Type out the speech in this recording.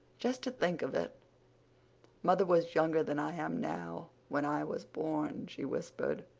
just to think of it mother was younger than i am now when i was born, she whispered.